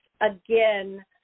again